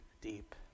deep